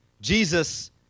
Jesus